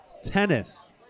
Tennis